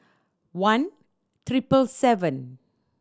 one triple seven